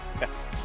Yes